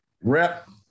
Rep